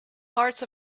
hearts